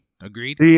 Agreed